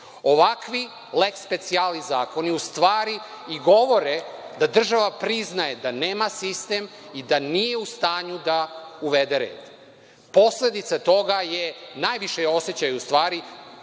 Ovakvi leks specijalis zakoni u stvari i govore da država priznaje da nema sistem i da nije u stanju da uvede red. Posledice toga najviše osećaju u stvari